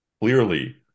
clearly